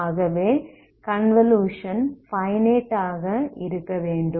ஆகவே convolution finite ஆக இருக்கவேண்டும்